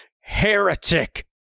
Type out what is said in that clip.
heretic